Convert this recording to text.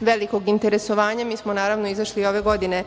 velikog interesovanja mi smo naravno izašli i ove godine